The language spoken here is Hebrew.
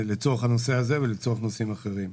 לצורך הנושא הזה ולצורך נושאים אחרים.